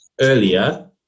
earlier